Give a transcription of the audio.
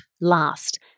last